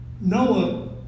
Noah